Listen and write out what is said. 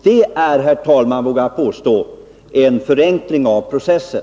Det är — vågar jag påstå — en förenkling av processen.